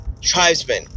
tribesmen